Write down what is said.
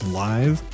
live